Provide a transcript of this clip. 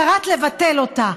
קראת לבטל אותה.